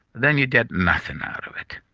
then you get nothing out of it.